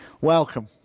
Welcome